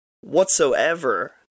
whatsoever